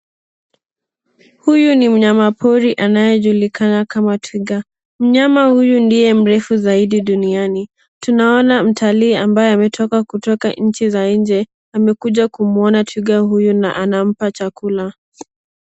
Huyu ni mnyama pori anayejulikana kama twiga. Mnyama huyu ndiye mrefu zaidi duniani. Tunaona mtalii ambaye ametoka kutoka nchi za nje amekuja kumuona twiga huyu na anampa chakua.